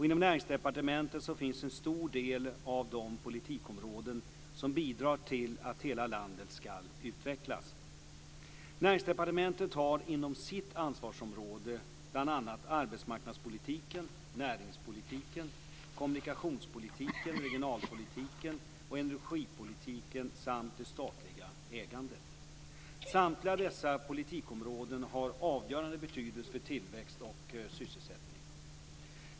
Inom Näringsdepartementet finns en stor del av de politikområden som bidrar till att hela landet ska utvecklas. Näringsdepartementet har inom sitt ansvarsområde bl.a. arbetsmarknadspolitiken, näringspolitiken, kommunikationspolitiken, regionalpolitiken och energipolitiken samt det statliga ägandet. Samtliga dessa politikområden har avgörande betydelse för tillväxt och sysselsättning.